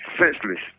senseless